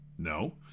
No